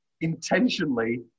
intentionally